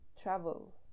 travel